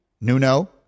Nuno